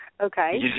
Okay